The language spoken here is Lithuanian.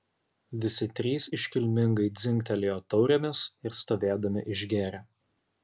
visi trys iškilmingai dzingtelėjo taurėmis ir stovėdami išgėrė